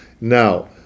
Now